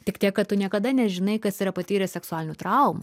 tik tiek kad tu niekada nežinai kas yra patyrę seksualinių traumų